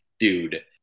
dude